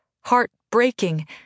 heart-breaking